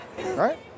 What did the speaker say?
right